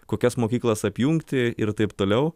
kokias mokyklas apjungti ir taip toliau